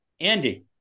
Andy